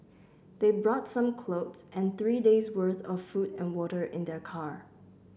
they brought some clothes and three days worth of food and water in their car